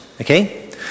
okay